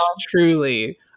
truly